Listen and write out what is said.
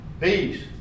peace